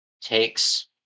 takes